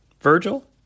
virgil